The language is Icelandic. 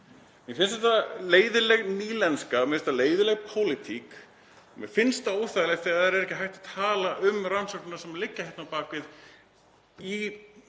Mér finnst þetta leiðinleg nýlenska, mér finnst þetta leiðinleg pólitík. Mér finnst það óþægilegt þegar það er ekki hægt að tala um rannsóknirnar sem liggja hérna á bak við, í